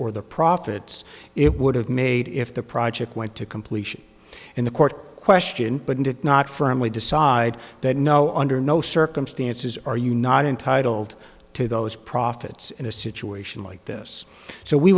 or the profits it would have made if the project went to completion and the court question but did not firmly decide that no under no circumstances are you not entitled to those profits in a situation like this so we